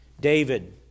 David